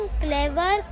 clever